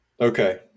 okay